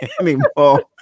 anymore